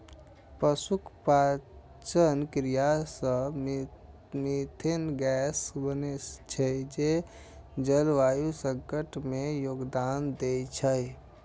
पशुक पाचन क्रिया सं मिथेन गैस बनै छै, जे जलवायु संकट मे योगदान दै छै